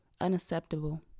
Unacceptable